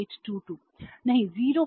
0000822 नहीं 0000411